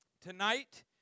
Tonight